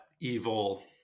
evil